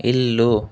ఇల్లు